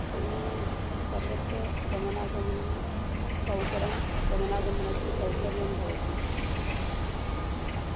तेन सर्वत्र गमनागमनं सुकरं गमनागमनस्य सौकर्यं भवति